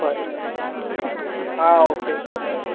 बरें तर हां ओके ओके बरें